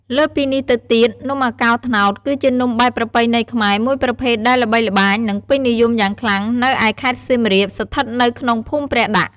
លើសពីនេះទៅទៀត នំអាកោត្នោតគឺជានំបែបប្រពៃណីខ្មែរមួយប្រភេទដែលល្បីល្បាញ និងពេញនិយមយ៉ាងខ្លាំងនៅឯខេត្តសៀមរាប ស្ថិតនៅក្នុងភូមិព្រះដាក់។